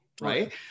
right